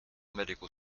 medical